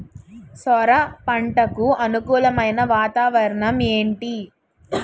సొర పంటకు అనుకూలమైన వాతావరణం ఏంటి?